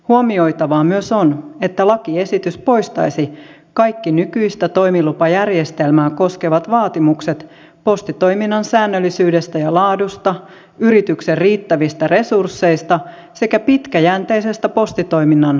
huomioitavaa myös on että lakiesitys poistaisi kaikki nykyistä toimilupajärjestelmää koskevat vaatimukset postitoiminnan säännöllisyydestä ja laadusta yrityksen riittävistä resursseista sekä pitkäjänteisestä postitoiminnan järjestämisestä